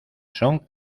son